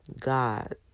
God